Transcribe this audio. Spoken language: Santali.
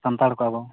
ᱥᱟᱱᱛᱟᱲ ᱠᱚ ᱟᱵᱚ